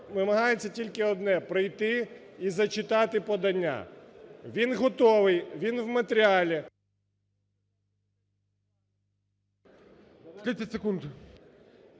вимагається тільки одне – прийти і зачитати подання. Він готовий, він в матеріалі… ГОЛОВУЮЧИЙ.